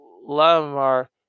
Lamar